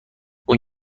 اون